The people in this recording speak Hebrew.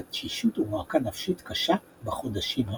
בצד תשישות ומועקה נפשית קשה בחודשים הראשונים.